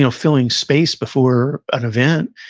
you know filling space before an event.